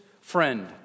friend